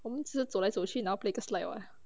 我们只是走来走去拿 play the slide [what]